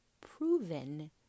proven